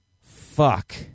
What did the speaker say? Fuck